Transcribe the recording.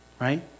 Right